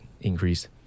increase